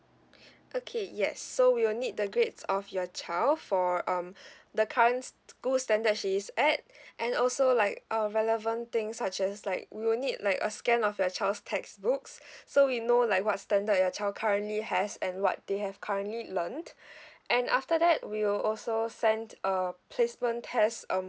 okay yes so we will need the grades of your child for um the current school's standard she's at and also like uh relevant things such as like we'll need like a scan of your child's textbooks so we know like what standard your child currently has and what they have currently learnt and after that we will also sent a placement test um